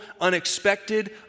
unexpected